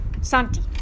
Santi